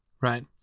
Right